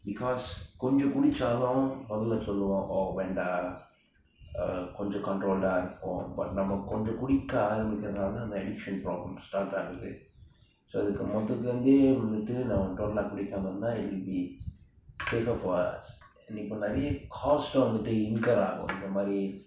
because கொன்ஜொ குடுச்சாலும் மொதல சொல்லுவோம்:konjo kuduchaalum mothala solluvom oh வேண்டாம்:vendaam err கொன்ஜொ:konjo control இருப்போம்:irupom but நம்ம கொன்ஜொ குடிக்க ஆரம்பிக்கிரனால தா அந்த:namma konjo kudika aarambikiranaala thaa antha addiction problem start ஆகுது:aaguthu so இதுக்கு மொத்ததுல இருந்தே வந்துட்டு நம்ம:ithukku mothathula irunthe vanthuttu namma total குடிக்காம இருந்தா:kudikaama irunthaa it will be safer for us இன்னிக்கி நிரைய:inniki niraya cost வந்துட்டு:vanthuttu incur ஆகும் இந்த மாதிரி:aagum intha maathiri